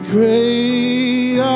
Great